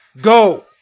Go